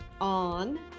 on